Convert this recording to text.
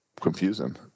confusing